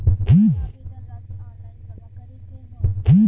हमार आवेदन राशि ऑनलाइन जमा करे के हौ?